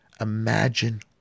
Imagine